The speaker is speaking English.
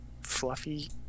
fluffy